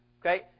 Okay